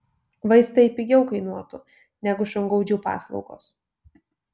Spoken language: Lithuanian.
vaistai pigiau kainuotų negu šungaudžių paslaugos